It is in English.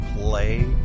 play